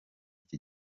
iki